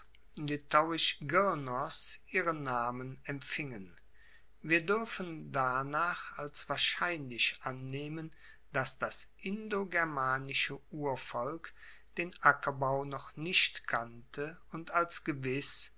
girns ihre namen empfingen wir duerfen darnach als wahrscheinlich annehmen dass das indogermanische urvolk den ackerbau noch nicht kannte und als gewiss